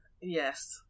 Yes